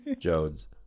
Jones